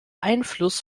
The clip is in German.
einfluss